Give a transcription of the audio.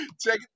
check